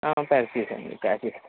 pack చేసేయ్యండి cash ఇస్తాను